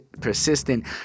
persistent